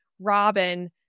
Robin